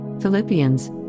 Philippians